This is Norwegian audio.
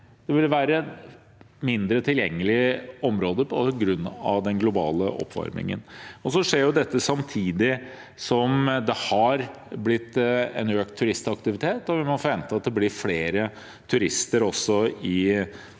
den vil være på mindre tilgjengelig områder på grunn av den globale oppvarmingen. Dette skjer samtidig som det har blitt økt turistaktivitet. Man må forvente at det blir flere turister